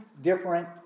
different